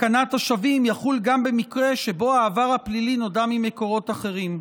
השבים יחול גם במקרה שבו העבר הפלילי נודע ממקורות אחרים.